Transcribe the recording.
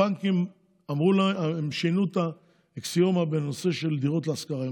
הבנקים שינו את האקסיומה בנושא של דירות להשכרה.